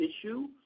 issue